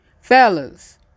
fellas